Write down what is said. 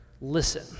listen